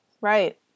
Right